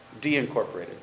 deincorporated